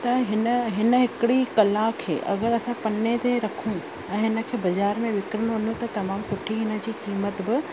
त हिन हिन हिकड़ी कला खे अगरि असां पने ते रखूं ऐं हिन खे बाज़ारि में विकिणण वञूं त तमामु सुठी हिन जी क़ीमत बि